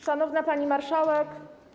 Szanowna Pani Marszałek!